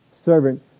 Servant